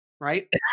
right